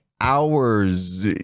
Hours